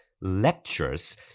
lectures